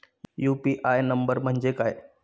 UPI number म्हणजे काय?